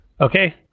Okay